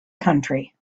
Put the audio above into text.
country